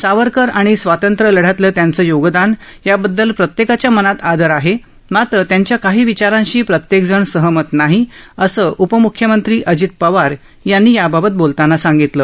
सावरकर आणि स्वातंत्र्यलढ्यातलं त्यांचं योगदान याबद्दल प्रत्येकाच्या मनात आदर आहे मात्र त्यांच्या काही विचारांशी प्रत्येक जण सहमत नाही असं उपमुख्यमंत्री अजित पवार यांनी याबाबत बोलताना सांगितलं